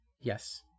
yes